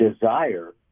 desire